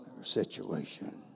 situation